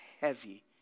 heavy